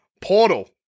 Portal